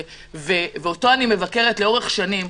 ואותו אני מבקרת לאורך שנים,